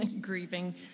grieving